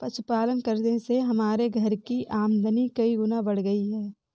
पशुपालन करने से हमारे घर की आमदनी कई गुना बढ़ गई है